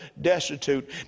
destitute